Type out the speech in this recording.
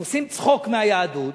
הם עושים צחוק מהיהדות,